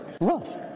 Love